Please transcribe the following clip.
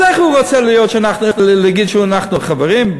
אז איך הוא רוצה להגיד שאנחנו חברים?